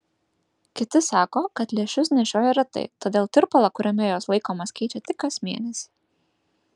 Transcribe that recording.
kiti sako kad lęšius nešioja retai todėl tirpalą kuriame jos laikomos keičia tik kas mėnesį